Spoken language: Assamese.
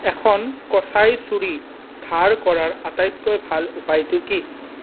এখন কচাই ছুৰী ধাৰ কৰাৰ আটাইতকৈ ভাল উপায়টো কি